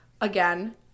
again